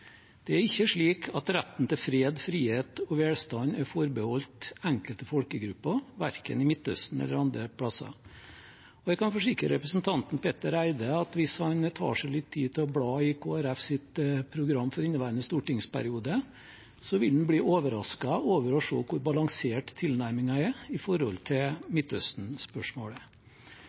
Det er ikke slik at retten til fred, frihet og velstand er forbeholdt enkelte folkegrupper, verken i Midtøsten eller andre plasser. Jeg kan forsikre representanten Petter Eide om at hvis han tar seg litt tid til å bla i Kristelig Folkepartis program for inneværende stortingsperiode, vil han bli overrasket over å se hvor balansert tilnærmingen til Midtøsten-spørsmålet er.